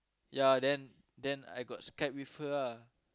ya then then I got Skype with her ah